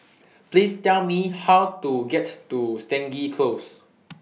Please Tell Me How to get to Stangee Close